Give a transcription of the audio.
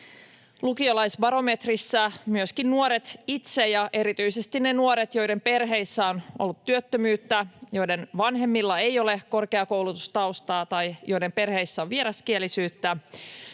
Lukiolaisbarometrissä myöskin nuoret itse ja erityisesti ne nuoret, joiden perheissä on ollut työttömyyttä, joiden vanhemmilla ei ole korkeakoulutustaustaa tai joiden perheissä on vieraskielisyyttä,